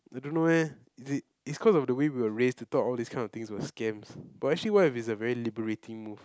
I don't know eh is it it's cause of the way we were raised to thought all this kind of things were scams but actually what if it's a very liberating move